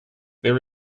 there